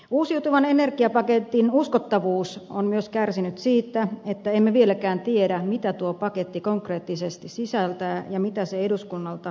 uusiutuvan energian paketin uskottavuus on myös kärsinyt siitä että emme vieläkään tiedä mitä tuo paketti konkreettisesti sisältää ja mitä se eduskunnalta edellyttää